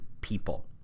people